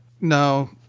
no